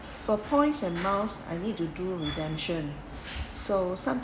for points amounts I need to do redemption so